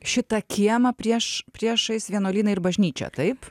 šitą kiemą prieš priešais vienuolyną ir bažnyčią taip